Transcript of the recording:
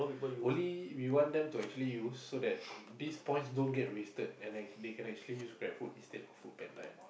only we want them to actually use so that these points don't get wasted and they can actually use gran food instead of Food Panda and all